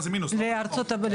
הם